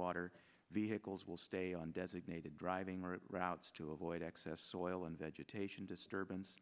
water vehicles will stay on designated driving more routes to avoid excess oil and vegetation disturbance